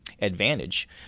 advantage